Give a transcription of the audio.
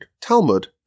Talmud